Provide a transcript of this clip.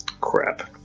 crap